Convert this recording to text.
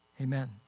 Amen